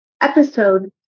episode